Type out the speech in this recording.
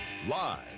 Live